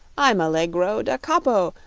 i'm allegro da capo,